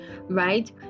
right